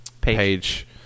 page